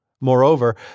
Moreover